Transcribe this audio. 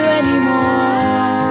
anymore